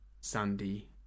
sandy